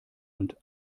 und